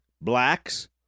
blacks